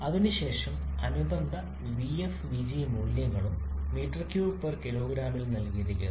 അതിനുശേഷം അനുബന്ധ vf vg മൂല്യങ്ങളും m3 kg ൽ നൽകിയിരിക്കുന്നു